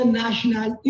national